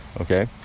Okay